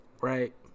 right